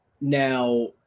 Now